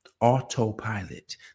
autopilot